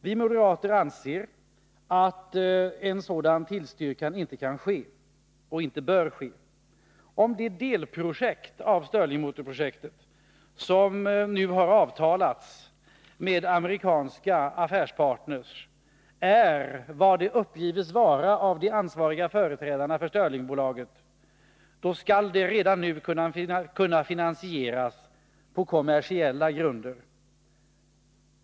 Vi moderater anser att riksdagen inte bör tillstyrka förslaget. Om de delprojekt av stirlingmotorprojektet som United Stirling har träffat överenskommelser om med amerikanska affärspartner är vad de av de ansvariga företrädarna för Stirlingbolaget uppger vara skall de redan nu kunna finansieras på kommersiella grunder.